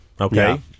okay